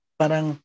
parang